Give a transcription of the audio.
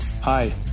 Hi